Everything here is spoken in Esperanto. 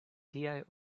tiaj